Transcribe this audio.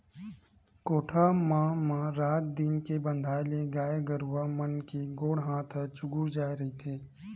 कोठा म म रात दिन के बंधाए ले गाय गरुवा मन के गोड़ हात ह चूगूर जाय रहिथे